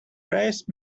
braced